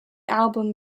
album